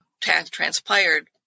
transpired